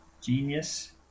genius